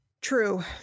True